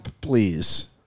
please